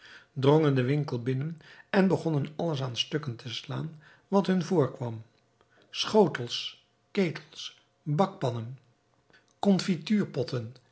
drongen den winkel binnen en begonnen alles aan stukken te slaan wat hun voorkwam schotels ketels bakpannen konfituurpotten